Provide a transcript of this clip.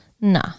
Nah